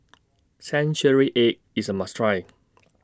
Century Egg IS A must Try